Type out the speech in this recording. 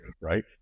right